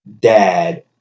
dad